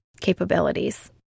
capabilities